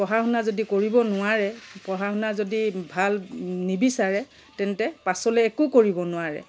পঢ়া শুনা যদি কৰিব নোৱাৰে পঢ়া শুনা যদি ভাল নিবিচাৰে তেন্তে পাছলৈ একো কৰিব নোৱাৰে